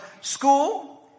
school